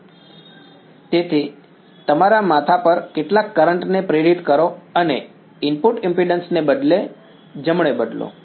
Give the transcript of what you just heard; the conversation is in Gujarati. વડા તેથી તમારા માથા પર કેટલાક કરંટ ને પ્રેરિત કરો અને ઇનપુટ ઈમ્પિડ્ન્સ ને જમણે બદલો